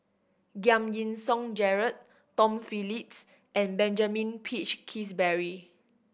Giam Yean Song Gerald Tom Phillips and Benjamin Peach Keasberry